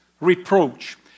reproach